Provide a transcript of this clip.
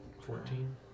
Fourteen